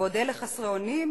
בעוד אלה חסרי אונים,